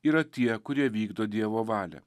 yra tie kurie vykdo dievo valią